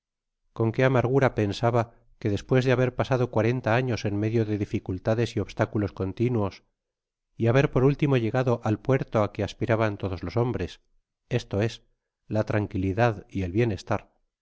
con qué amargura pensaba que despues de haber pasado cuarenta años en medio de dificultades y obstáculos continuos y haber por último llegado al puerto á que aspiran todos los hombres esto es la tranquilidad y el bienestar